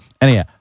Anyhow